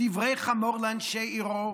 דברי חמור לאנשי עירו,